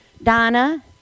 Donna